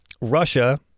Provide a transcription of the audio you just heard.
Russia